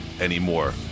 anymore